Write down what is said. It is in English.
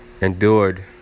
endured